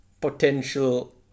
potential